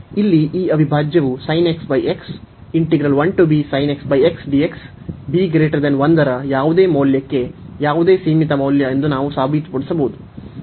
ಇಲ್ಲಿ ಈ ಅವಿಭಾಜ್ಯವು b 1 ರ ಯಾವುದೇ ಮೌಲ್ಯಕ್ಕೆ ಯಾವುದೇ ಸೀಮಿತ ಮೌಲ್ಯ ಎಂದು ನಾವು ಸಾಬೀತುಪಡಿಸಬಹುದು